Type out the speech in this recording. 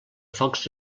focs